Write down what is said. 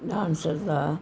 dancers the